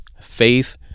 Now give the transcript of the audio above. Faith